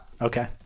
Okay